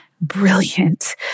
brilliant